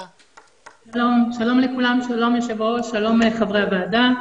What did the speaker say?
שלום לכולם, שלום ליושב ראש, שלום חברי הוועדה.